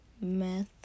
meth